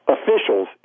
Officials